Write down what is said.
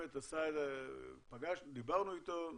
דיברנו איתו,